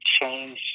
change